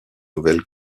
nouvelle